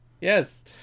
Yes